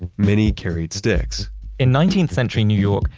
many carried sticks in nineteenth century new york,